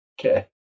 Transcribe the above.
Okay